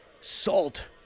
salt